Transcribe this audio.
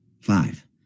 five